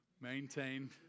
maintain